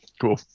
cool